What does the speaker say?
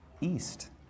east